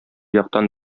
яктан